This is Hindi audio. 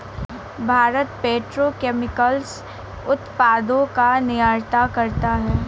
भारत पेट्रो केमिकल्स उत्पादों का निर्यात करता है